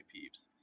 peeps